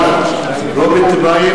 הלאה.